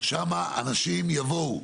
שם אנשים יבואו.